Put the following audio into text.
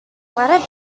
let